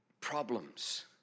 problems